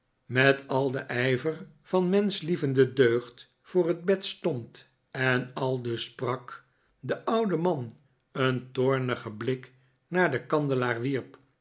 met al den ijver van menschlievende deugd voor het bed stond en aldus sprak de oude man een toornigen blik naar den kandelaar wierp